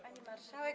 Pani Marszałek!